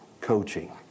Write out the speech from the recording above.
coaching